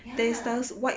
ya